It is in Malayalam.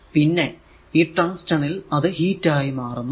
പിന്നെ ഈ ടങ്സ്റ്റൻ ൽ അത് ഹീറ്റ് ആയി മാറ്റപ്പെടുന്നു